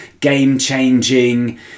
game-changing